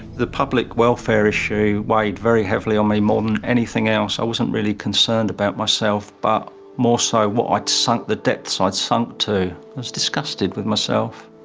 the public welfare issue weighed very heavily on me, more than anything else. i wasn't really concerned about myself but more so what i'd sunk, the depths i'd sunk to. i was disgusted with myself.